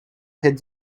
had